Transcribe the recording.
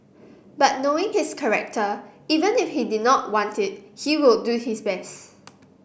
but knowing his character even if he did not want it he would do his best